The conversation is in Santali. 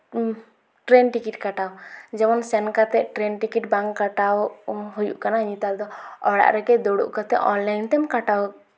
ᱴᱨᱮᱱ ᱴᱤᱠᱤᱴ ᱠᱟᱴᱟᱣ ᱡᱮᱢᱚᱱ ᱥᱮᱱ ᱠᱟᱛᱮᱫ ᱴᱨᱮᱱ ᱴᱤᱠᱤᱴ ᱵᱟᱝ ᱠᱟᱴᱟᱣᱚᱜ ᱦᱩᱭᱩᱜ ᱠᱟᱱᱟ ᱱᱮᱛᱟᱨ ᱫᱚ ᱚᱲᱟᱜ ᱨᱮᱜᱮ ᱫᱩᱲᱩᱵ ᱠᱟᱛᱮᱜ ᱚᱱᱞᱟᱭᱤᱱ ᱛᱮᱜᱮᱢ ᱠᱟᱴᱟᱣ